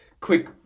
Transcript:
quick